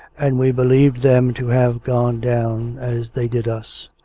and we believed them to have gone down, as they did us.